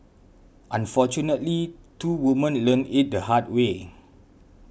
unfortunately two women learnt it the hard way